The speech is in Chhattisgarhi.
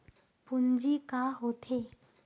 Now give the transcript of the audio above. पूंजी का होथे?